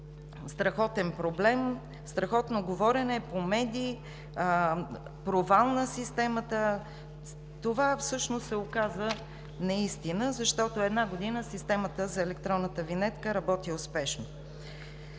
страхотен проблем, страхотно говорене по медии: „Провал на системата!“ Това всъщност се оказа неистина, защото една година системата за електронната винетка работи успешно.